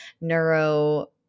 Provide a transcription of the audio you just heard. neuro